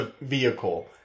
vehicle